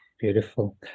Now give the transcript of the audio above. Beautiful